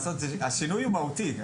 השינוי הוא מהותי.